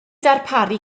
darparu